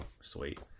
sweet